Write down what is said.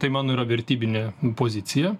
tai mano yra vertybinė pozicija